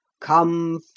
Come